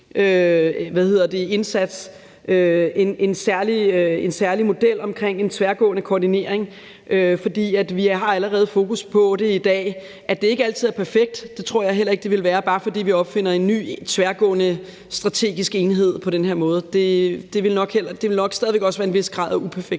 tværministeriel indsats, en særlig model omkring en tværgående koordinering, fordi vi allerede har fokus på det i dag. Det er nok ikke altid perfekt, men det tror jeg heller ikke det ville være, bare fordi vi opfandt en ny tværgående strategisk enhed på den her måde. Det ville nok stadig væk have en vis grad af uperfekthed.